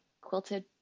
quilted